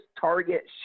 target